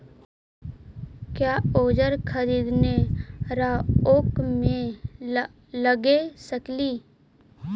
क्या ओजार खरीदने ड़ाओकमेसे लगे सकेली?